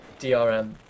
DRM